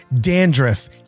dandruff